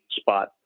spot